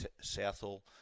Southall